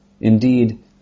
Indeed